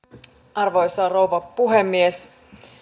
arvoisa rouva puhemies